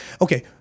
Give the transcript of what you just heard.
Okay